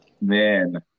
man